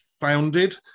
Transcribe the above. founded